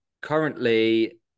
Currently